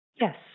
Yes